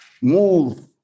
move